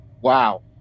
Wow